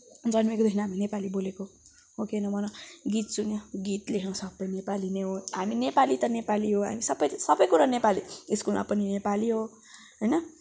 जन्मेकोदेखि हामी नेपाली बोलेको हो कि होइन भन गीत सुन्यो गीत लेख्यो सबै नेपाली नै हो हामी नेपाली त नेपाली हो हामी सबै त सबै कुरा नेपाली स्कुलमा पनि नेपाली हो होइन